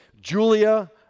Julia